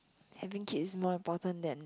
having kid is more important than